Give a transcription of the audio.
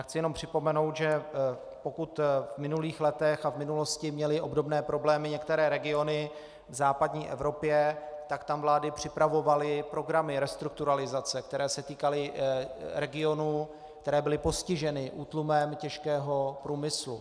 Chci jenom připomenout, že pokud v minulých letech a v minulosti měly obdobné problémy některé regiony v západní Evropě, tak tam vlády připravovaly programy restrukturalizace, které se týkaly regionů, které byly postiženy útlumem těžkého průmyslu.